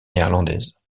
néerlandaise